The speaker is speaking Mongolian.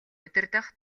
удирдах